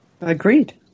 Agreed